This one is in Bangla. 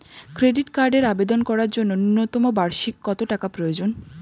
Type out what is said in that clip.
ক্রেডিট কার্ডের আবেদন করার জন্য ন্যূনতম বার্ষিক কত টাকা প্রয়োজন?